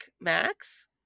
Max